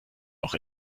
auch